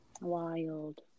Wild